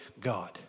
God